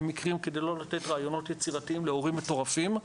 מקרים כדי לא לתת רעיונות יצירתיים להורים מטורפים,